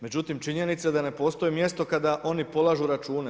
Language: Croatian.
Međutim činjenica da ne postoji mjesto kada oni polažu račune.